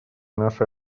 нашей